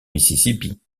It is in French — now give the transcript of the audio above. mississippi